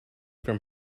from